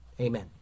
Amen